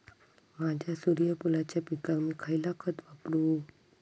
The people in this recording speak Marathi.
माझ्या सूर्यफुलाच्या पिकाक मी खयला खत वापरू?